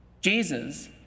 Jesus